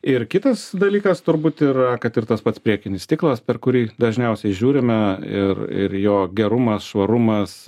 ir kitas dalykas turbūt yra kad ir tas pats priekinis stiklas per kurį dažniausiai žiūrime ir ir jo gerumas švarumas